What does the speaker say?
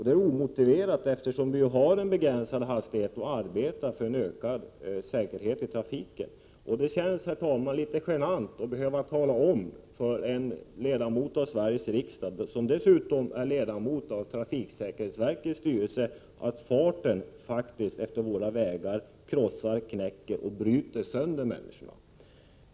Det är omotiverat att tillåta sådana, eftersom vi har begränsade hastigheter och arbetar för ökad säkerhet i trafiken. Det känns, herr talman, litet genant att behöva tala om för en ledamot av Sveriges riksdag, som dessutom är ledamot av trafiksäkerhetsverkets styrelse, att farten utefter våra vägar faktiskt krossar, knäcker och bryter sönder människor.